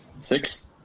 Six